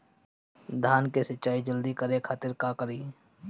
धान के सिंचाई जल्दी करे खातिर का करी?